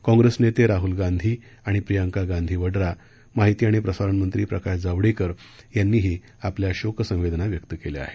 काँग्रेस नेते राहल गांधी आणि प्रियंका गांधी वड्रा माहिती आणि प्रसारण मंत्री प्रकाश जावडेकर यांनीही आपल्या शोक संवेदना व्यक्त केल्या आहेत